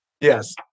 Yes